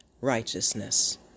righteousness